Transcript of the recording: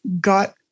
got